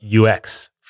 UX